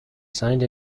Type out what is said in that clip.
signed